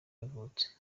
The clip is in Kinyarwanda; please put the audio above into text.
yavutse